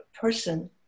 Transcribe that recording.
person